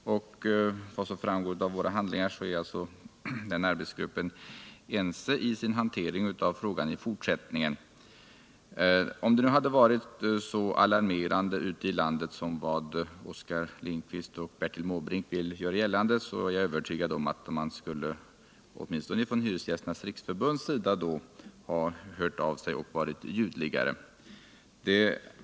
Enligt vad som framgår av handlingarna i ärendet är denna arbetsgrupp enig om hanteringen av frågan i fortsättningen. Om förhållandena hade varit så alarmerande ute i landet som vad Oskar Lindkvist och Bertil Måbrink vill göra gällande, är jag övertygad om att åtminstone Hyresgästernas riksförbund skulle ha låtit höra av sig betydligt ljudligare i denna fråga än som skett.